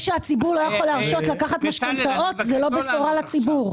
לעצמו לקחת משכנתאות זו לא בשורה לציבור.